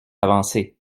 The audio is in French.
avancer